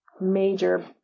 major